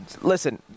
Listen